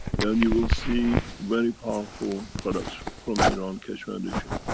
and you will see very powerful products from from iran keshe foundation.